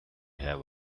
have